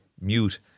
mute